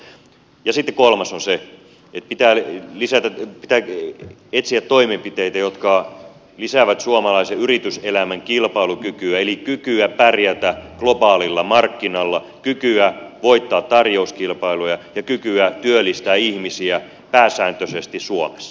ja sitten kolmas on se että pitää etsiä toimenpiteitä jotka lisäävät suomalaisen yrityselämän kilpailukykyä eli kykyä pärjätä globaalilla markkinalla kykyä voittaa tarjouskilpailuja ja kykyä työllistää ihmisiä pääsääntöisesti suomessa